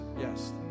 Yes